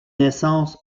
naissance